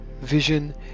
Vision